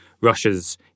Russia's